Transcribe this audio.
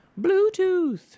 Bluetooth